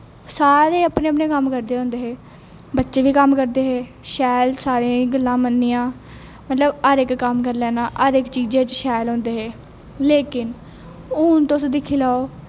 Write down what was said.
सारे अपने अपने कम्म करदे होंदे हे बच्चे बी कम्म करदे हे शैल सारें दियां गल्लां मन्ननियां मतलब हर इक कम्म करी लैना हर इक चीज़ा च शैल होंदे हे लेकिन हून तुस दिक्खी लैओ